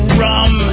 rum